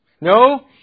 No